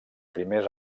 primers